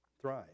thrive